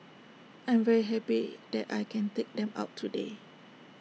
I'm very happy that I can take them out today